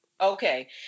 okay